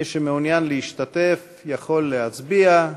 מי שמעוניין להשתתף יכול להצביע.